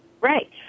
Right